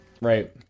right